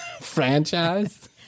franchise